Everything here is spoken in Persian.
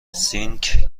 سینک